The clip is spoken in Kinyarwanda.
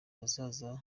abazaza